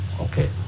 okay